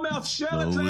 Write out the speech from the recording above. תודה רבה.